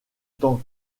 tant